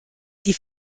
die